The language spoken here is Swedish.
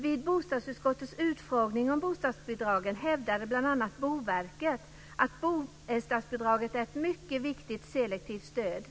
Vid bostadsutskottets utfrågning om bostadsbidragen hävdade bl.a. Boverket att bostadsbidraget är ett mycket viktigt selektivt stöd.